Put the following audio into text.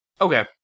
Okay